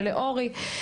ולאורי.